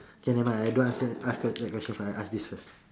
K never mind I don't answer ask that question first I ask this first